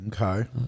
Okay